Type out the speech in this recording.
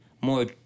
more